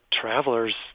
travelers